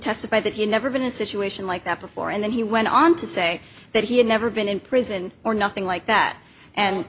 testified that he never been in a situation like that before and then he went on to say that he had never been in prison or nothing like that and